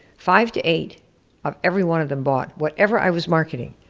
five to eight of everyone of them bought whatever i was marketing.